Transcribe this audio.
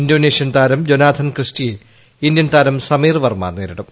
Indonesian താരം Jonathan ക്രിസ്റ്റിയെ Indian താരം സമീർവർമ്മ നേരിടും